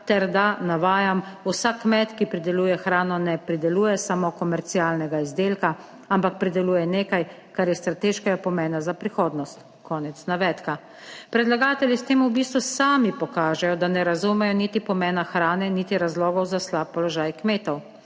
ter da, navajam: »Vsak kmet, ki prideluje hrano, ne prideluje samo komercialnega izdelka, ampak prideluje nekaj, kar je strateškega pomena za prihodnost.« Konec navedka. Predlagatelji s tem v bistvu sami pokažejo, da ne razumejo niti pomena hrane niti razlogov za slab položaj kmetov.